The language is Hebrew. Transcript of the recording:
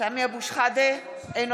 אינו